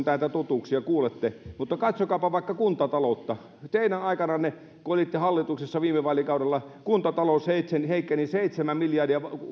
täältä totuuksia kuulette mutta katsokaapa vaikka kuntataloutta teidän aikananne kun olitte hallituksessa viime vaalikaudella kuntatalous heikkeni seitsemän miljardia